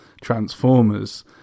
Transformers